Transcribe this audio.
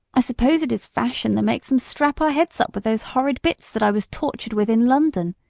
i suppose it is fashion that makes them strap our heads up with those horrid bits that i was tortured with in london,